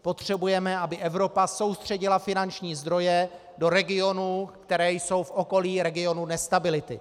Potřebujeme, aby Evropa soustředila finanční zdroje do regionů, které jsou v okolí regionu nestability.